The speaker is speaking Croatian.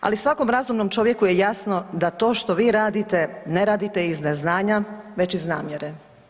Ali svakom razumnom čovjeku je jasno da to što vi radite ne radite iz neznanja već iz namjere.